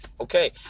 okay